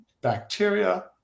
bacteria